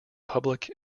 public